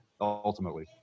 ultimately